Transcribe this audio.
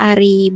Ari